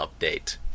update